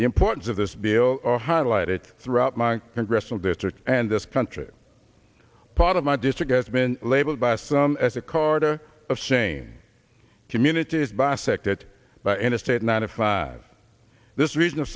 the importance of this bill highlight it throughout my congressional district and this country part of my district has been labeled by some as a carter of sane communities bisected by interstate ninety five this region of